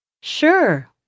Sure